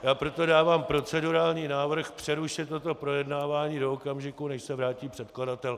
Já proto dávám procedurální návrh přerušit toto projednávání do okamžiku, než se vrátí předkladatel.